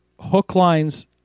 Hookline's